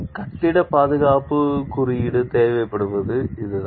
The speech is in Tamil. கட்டிட பாதுகாப்பு குறியீடு தேவைப்படுவது இதுதான்